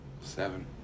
Seven